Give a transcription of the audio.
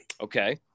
Okay